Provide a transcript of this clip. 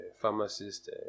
pharmacist